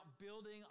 building